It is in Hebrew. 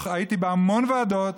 הייתי בהמון ועדות,